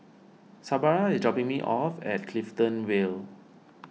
Sabra is dropping me off at Clifton Vale